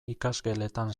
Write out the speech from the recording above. ikasgeletan